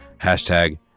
Hashtag